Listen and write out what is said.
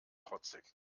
trotzig